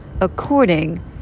according